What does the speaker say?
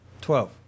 Twelve